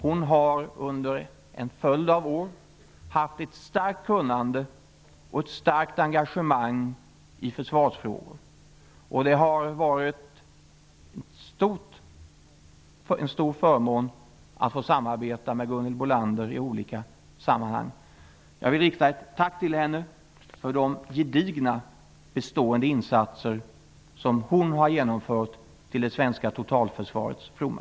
Hon har under en följd av år visat ett stort kunnande och ett starkt engagemang i försvarsfrågor, och det har varit en stor förmån att få samarbeta med henne i olika sammanhang. Jag vill rikta ett tack till henne för de gedigna, bestående insatser som hon har gjort till det svenska totalförsvarets fromma.